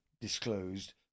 disclosed